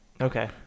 Okay